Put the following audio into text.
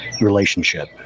relationship